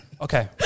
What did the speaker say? Okay